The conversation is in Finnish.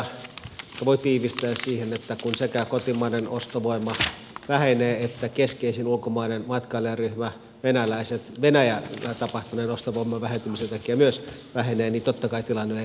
ne voi tiivistää siihen että kun sekä kotimainen ostovoima vähenee että keskeisin ulkomainen matkailijaryhmä venäläiset venäjällä tapahtuneen ostovoiman vähentymisen takia myös vähenee niin totta kai tilanne on erittäin hankala